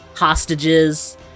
hostages